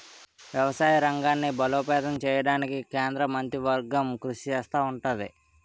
వ్యవసాయ రంగాన్ని బలోపేతం చేయడానికి కేంద్ర మంత్రివర్గం కృషి చేస్తా ఉంటది